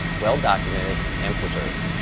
well documented, and preserved.